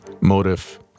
motive